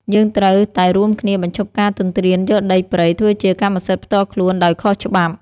យើងត្រូវតែរួមគ្នាបញ្ឈប់ការទន្ទ្រានយកដីព្រៃធ្វើជាកម្មសិទ្ធិផ្ទាល់ខ្លួនដោយខុសច្បាប់។